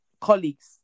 colleagues